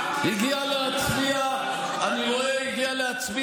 חבר הכנסת